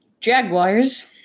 Jaguars